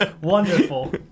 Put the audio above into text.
Wonderful